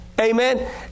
Amen